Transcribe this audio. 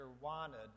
wanted